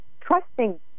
trusting